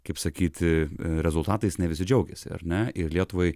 kaip sakyti rezultatais ne visi džiaugiasi ar ne ir lietuvai